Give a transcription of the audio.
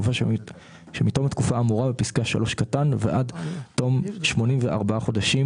בתקופה שמתום התקופה האמורה בפסקה (3) ועד תום 84 חודשים